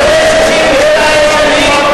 אחרי 62 שנים.